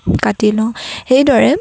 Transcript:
কাটি লওঁ সেইদৰে